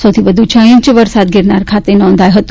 સૌથી વધુ છ ઈંચ વરસાદ ગીરનાર ખાતે નોંધાયો હતો